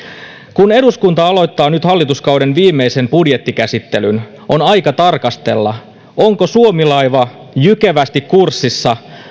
kun eduskunta aloittaa nyt hallituskauden viimeisen budjettikäsittelyn on aika tarkastella onko suomi laiva jykevästi kurssissa